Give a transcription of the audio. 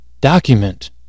document